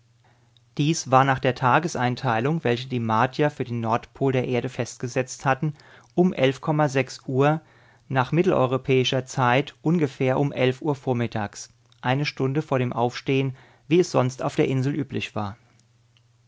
dies war nach der tageseinteilung welche die martier für den nordpol der erde festgesetzt hatten um elf uhr nach mitteleuropäischer zeit ungefähr um elf uhr vormittags eine stunde vor dem aufstehen wie es sonst auf der insel üblich war